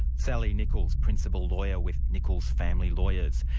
sally nicholes, principal lawyer with nicholes family lawyers.